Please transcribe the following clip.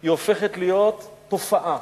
היא הופכת להיות תופעה,